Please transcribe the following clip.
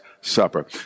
supper